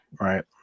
Right